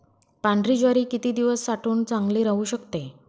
पांढरी ज्वारी किती दिवस साठवून चांगली राहू शकते?